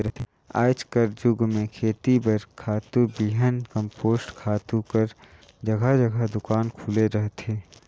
आएज कर जुग में खेती बर खातू, बीहन, कम्पोस्ट खातू कर जगहा जगहा दोकान खुले रहथे